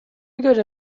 göre